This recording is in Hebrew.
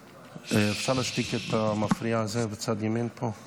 אפשר להשתיק את המפריע הזה בצד ימין פה?